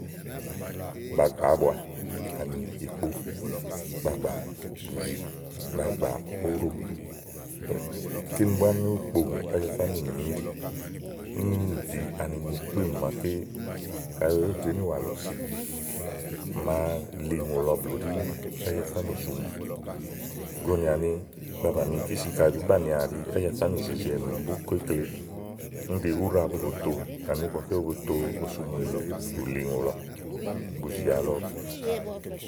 ba gbà ábua ani ikpó, ba gbà bùzì, ba gbà óɖò kinì búá nó kpoŋù Ájafá nìnyi íɖìì. kíni ɖìi anini kpíìmù màaké kayi ówò tùu ínìwà lɔ si, màa ùŋò lɔ blù ɖí Ájafá nòsumu gonìà ni, ba bàni ikísì kaɖi bùú banìià li Ájafá nìzeze ènù bìko íkle úni ɖi úɖà tè bu to ani ígbɔké bo to osuèleè, ù li ùŋò lɔ bùzì alɔɔ.